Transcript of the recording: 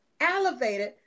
elevated